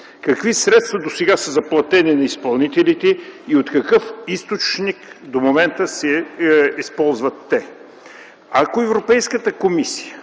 Какви средства досега са заплатени на изпълнителите и какъв източник използват те до момента? Ако Европейската комисия